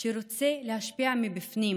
שרוצה להשפיע מבפנים,